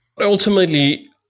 Ultimately